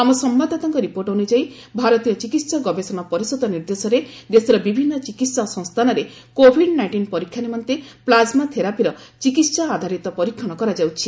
ଆମ ସମ୍ଭାଦଦାତାଙ୍କ ରିପୋର୍ଟ ଅନୁଯାୟୀ ଭାରତୀୟ ଚିକିତ୍ସା ଗବେଷଣା ପରିଷଦ ନିର୍ଦ୍ଦେଶରେ ଦେଶର ବିଭିନ୍ନ ଚିକିତ୍ସା ସଂସ୍ଥାନରେ କୋଭିଡ ନାଇଷ୍ଟିନ୍ ପରୀକ୍ଷା ନିମନ୍ତେ ପ୍ଲାକମା ଥେରାପିର ଚିକିତ୍ସା ଆଧାରିତ ପରୀକ୍ଷଣ କରାଯାଉଛି